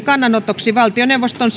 kannanoton kannanoton